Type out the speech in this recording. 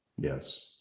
Yes